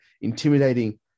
intimidating